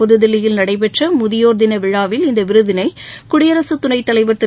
புதுதில்லியில் நடைபெற்ற முதியோா் நாள் விழாவில் இந்த விருதினை குடியரசுத் துணைத் தலைவா் திரு